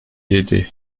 yedi